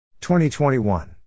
2021